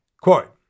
Quote